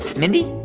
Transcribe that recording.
mindy?